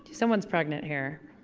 someone's pregnant here.